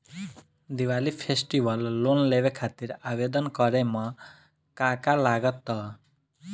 Diwali festival loan लेवे खातिर आवेदन करे म का का लगा तऽ?